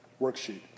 worksheet